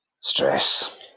stress